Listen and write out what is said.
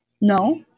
No